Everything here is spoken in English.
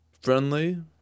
Friendly